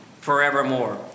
forevermore